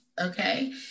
okay